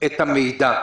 את המידע?